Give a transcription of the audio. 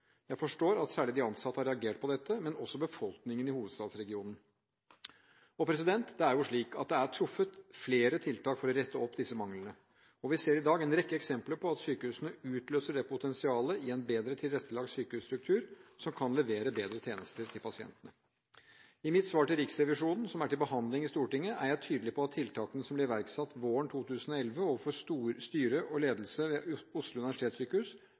Jeg forstår at særlig de ansatte har reagert på dette, men også befolkningen i hovedstadsregionen. Det er jo slik at det er truffet flere tiltak for å rette opp disse manglene, og vi ser i dag en rekke eksempler på at sykehusene utløser det potensialet i en bedre tilrettelagt sykehusstruktur som kan levere bedre tjenester til pasientene. I mitt svar til Riksrevisjonen, som er til behandling i Stortinget, er jeg tydelig på at tiltakene som ble iverksatt våren 2011 overfor styre og ledelse ved Oslo universitetssykehus,